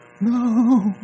No